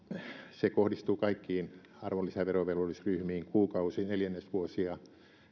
se kohdistuu kaikkiin arvonlisäverovelvollisryhmiin kuukausi neljännesvuosi ja